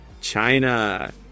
China